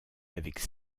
avec